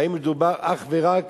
האם מדובר אך ורק